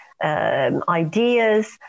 Ideas